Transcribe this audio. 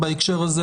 בהקשר הזה,